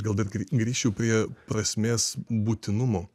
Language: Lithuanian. gal būt grįščiau prie prasmės būtinumo